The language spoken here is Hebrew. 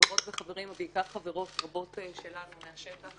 חברות וחברים, ובעיקר חברות רבות שלנו מהשטח